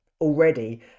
already